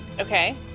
Okay